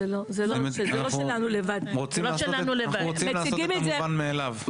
אנחנו רוצים לעשות את המובן מאליו.